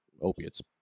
opiates